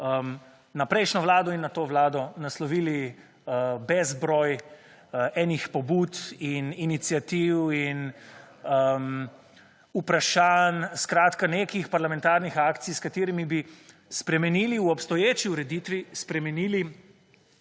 na prejšnjo Vlado in na to Vlado naslovili bezbroj enih pobud in iniciativ in vprašanj, skratka nekih parlamentarnih akcij s katerimi bi spremenili v obstoječi ureditvi spremenili